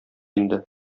инде